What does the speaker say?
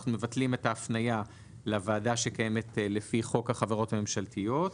מבטלים את ההפניה לוועדה שקיימת לפי חוק החברות הממשלתיות.